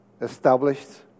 established